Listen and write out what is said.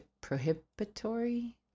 prohibitory